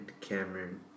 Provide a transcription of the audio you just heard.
Cameron